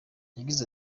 yagize